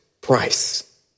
price